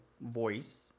voice